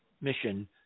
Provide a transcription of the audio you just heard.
mission